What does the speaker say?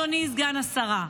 אדוני סגן השרה,